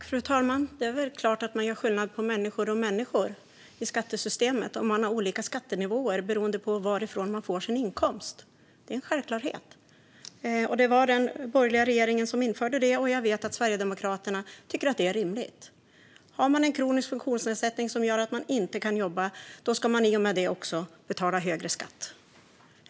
Fru talman! Det är klart att man gör skillnad på människor och människor i skattesystemet om de har olika skattenivåer beroende på varifrån de får sin inkomst. Det är en självklarhet. Det var den borgerliga regeringen som införde det, och jag vet att Sverigedemokraterna tycker att det är rimligt. Har man en kronisk funktionsnedsättning som gör att man inte kan jobba ska man i och med det också betala högre skatt.